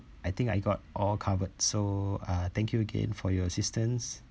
I think I got all covered so uh thank you again for your assistance